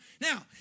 Now